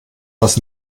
was